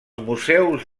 museus